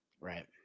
Right